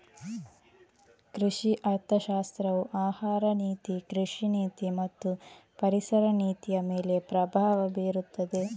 ಕೃಷಿ ಅರ್ಥಶಾಸ್ತ್ರವು ಆಹಾರ ನೀತಿ, ಕೃಷಿ ನೀತಿ ಮತ್ತು ಪರಿಸರ ನೀತಿಯಮೇಲೆ ಪ್ರಭಾವ ಬೀರುತ್ತದೆ